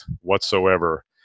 whatsoever